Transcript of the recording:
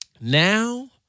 Now